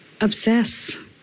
obsess